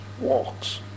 walks